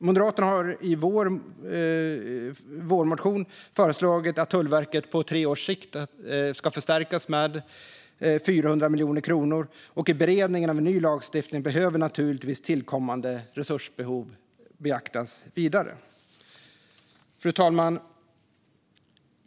Moderaterna har i sin vårmotion föreslagit att Tullverket på tre års sikt ska få en förstärkning på 400 miljoner kronor. I beredningen av ny lagstiftning behöver naturligtvis tillkommande resursbehov beaktas vidare. Fru talman!